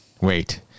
Wait